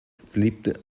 flipped